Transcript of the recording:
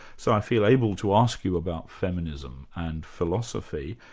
so i feel able to ask you about feminism and philosophy.